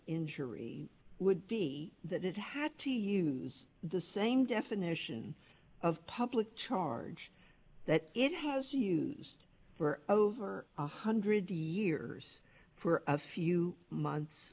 injury would be that it had to use the same definition of public charge that it has used for over one hundred years for a few months